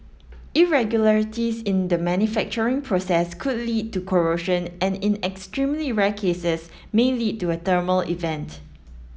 irregularities in the manufacturing process could lead to corrosion and in extremely rare cases may lead to a thermal event